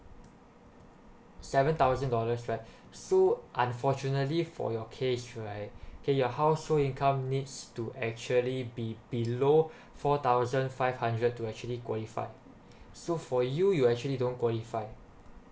seven thousand dollars right so unfortunately for your case right okay your household income needs to actually be below four thousand five hundred to actually qualified so for you you actually don't qualify